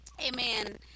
amen